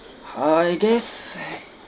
I guess